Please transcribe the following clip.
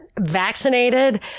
vaccinated